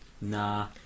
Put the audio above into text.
Nah